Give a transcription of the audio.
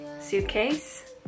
suitcase